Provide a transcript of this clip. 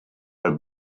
have